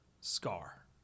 scar